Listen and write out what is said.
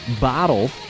bottle